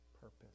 purpose